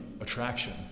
attraction